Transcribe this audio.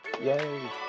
yay